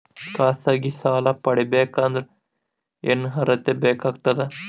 ಖಾಸಗಿ ಸಾಲ ಪಡಿಬೇಕಂದರ ಏನ್ ಅರ್ಹತಿ ಬೇಕಾಗತದ?